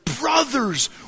Brothers